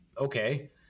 okay